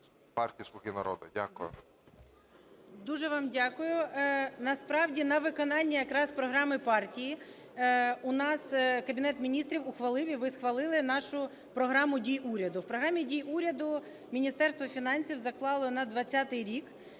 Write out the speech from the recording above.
Дуже вам дякую. Насправді, на виконання якраз програми партії у нас Кабінет Міністрів ухвалив і ви схвалили нашу Програму дій уряду. В Програмі дій уряду Міністерство фінансів заклало на 2020 рік